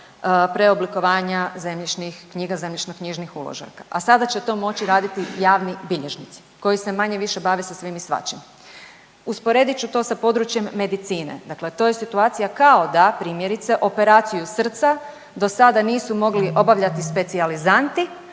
preoblikovanja zemljišnih knjiga, zemljišno-knjižnih uložaka, a sada će to moći raditi javni bilježnici koji se manje-više bave sa svim i svačim. Usporedit ću to sa područjem medicine. Dakle, to je situacija kao da primjerice operaciju srca do sada nisu mogli obavljati specijalizanti,